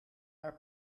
naar